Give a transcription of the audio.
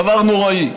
דבר נוראי.